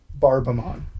Barbamon